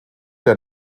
der